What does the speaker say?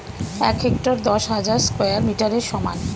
এক হেক্টার দশ হাজার স্কয়ার মিটারের সমান